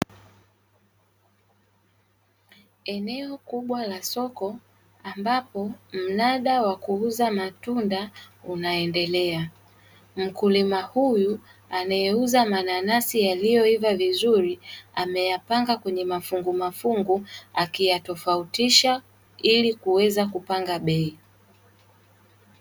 Eneo kubwa la soko, ambapo mnada wa kuuza matunda unaendelea. Mkulima huyu anayeuza mananasi yaliyoiva vizuri, ameyapanga kwenye mafungumafungu akiyatofautisha ili kuweza kupanga bei.